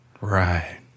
Right